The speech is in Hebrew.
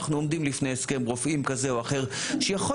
אנחנו עומדים לפני הסכם רופאים כזה או אחר שיכול